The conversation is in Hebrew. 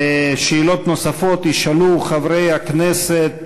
שאלות נוספות ישאלו חברי הכנסת